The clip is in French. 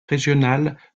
régionale